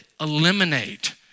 eliminate